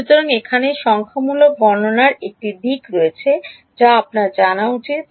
সুতরাং এখানে সংখ্যামূলক গণনার একটি দিক রয়েছে যা আপনার জানা উচিত